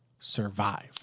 survive